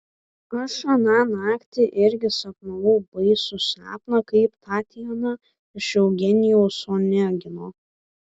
aš aną naktį irgi sapnavau baisų sapną kaip tatjana iš eugenijaus onegino